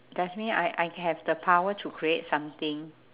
does me~ I I have the power to create something